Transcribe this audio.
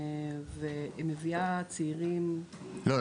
ומביאה צעירים --- לא,